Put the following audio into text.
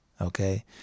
Okay